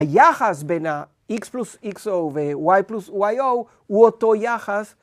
היחס בין ה-X פלוס XO ו-Y פלוס YO הוא אותו יחס